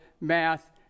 math